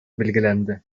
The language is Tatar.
билгеләнде